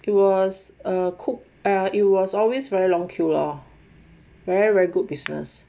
it was a cook er it was always very long queue lor very very good business